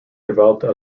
developed